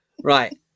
Right